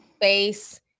face